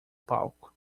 palco